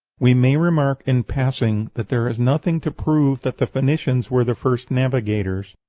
we may remark, in passing, that there is nothing to prove that the phoenicians were the first navigators.